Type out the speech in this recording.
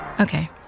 Okay